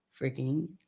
freaking